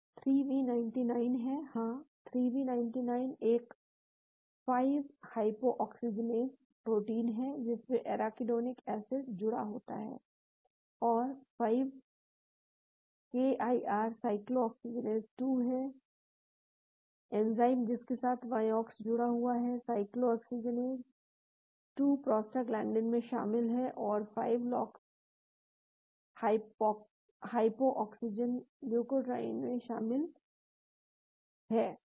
3v99 है हाँ 3v99 एक 5 हाइपोऑक्सीजनेस प्रोटीन है जिसमें एराकिडोनिक एसिड जुड़ा होता है और 5 KIR साइक्लोऑक्सीजिनेज 2 है एंजाइम जिसके साथ Vioxx जुड़ा हुआ है साइक्लोऑक्सीजिनेज 2 प्रोस्टाग्लैंडिंस में शामिल है और 5lox हाइपोऑक्सीजनेस ल्यूकोट्राईइन में शामिल है